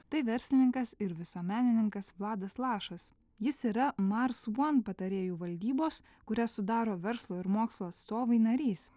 tai verslininkas ir visuomenininkas vladas lašas jis yra mars one patarėjų valdybos kurią sudaro verslo ir mokslo atstovai narys